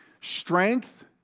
strength